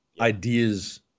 ideas